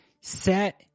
Set